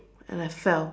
and I fell